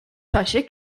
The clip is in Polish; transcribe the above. czasie